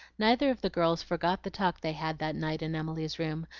neither of the girls forgot the talk they had that night in emily's room,